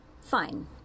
Fine